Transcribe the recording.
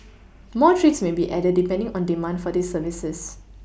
more trips may be added depending on demand for these services